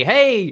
Hey